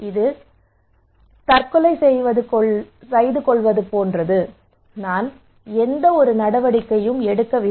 இது தற்கொலை செய்து கொள்வது போன்றது நான் எந்த நடவடிக்கையும் எடுக்கவில்லை